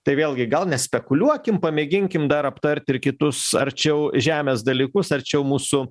tai vėlgi gal nespekuliuokim pamėginkim dar aptarti ir kitus arčiau žemės dalykus arčiau mūsų